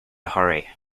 hurry